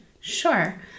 Sure